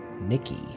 Nikki